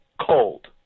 cold